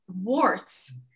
warts